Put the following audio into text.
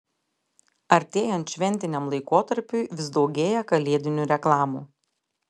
artėjant šventiniam laikotarpiui vis daugėja kalėdinių reklamų